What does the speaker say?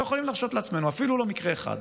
לא יכולים להרשות לעצמנו אפילו לא מקרה אחד,